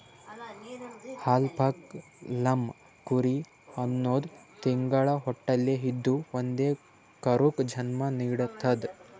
alpaca llama ಕುರಿ ಹನ್ನೊಂದ್ ತಿಂಗ್ಳ ಹೊಟ್ಟಲ್ ಇದ್ದೂ ಒಂದೇ ಕರುಗ್ ಜನ್ಮಾ ನಿಡ್ತದ್